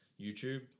youtube